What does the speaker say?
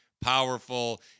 powerful